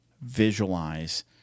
visualize